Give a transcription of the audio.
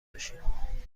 باشیم